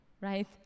right